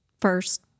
first